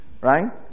Right